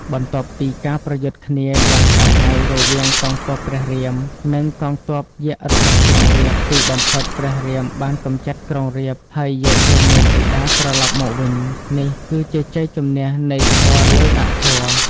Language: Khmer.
បន្ទាប់ពីការប្រយុទ្ធគ្នាយ៉ាងសាហាវរវាងកងទ័ពព្រះរាម និងកងទ័ពយក្សរបស់ក្រុងរាពណ៍ ទីបំផុតព្រះរាមបានកម្ចាត់ក្រុងរាពណ៍ និងយកព្រះនាងសីតាត្រឡប់មកវិញ នេះគឺជាជ័យជម្នះនៃធម៌លើអធម៌ ។